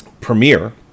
premiere